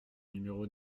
numéro